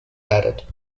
added